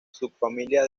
subfamilia